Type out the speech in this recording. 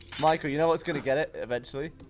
michael, you know whats gonna get it, eventually?